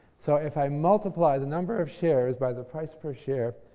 so, if i multiply the number of shares by the price per share,